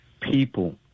People